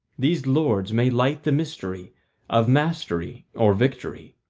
these lords may light the mystery of mastery or victory,